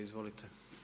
Izvolite.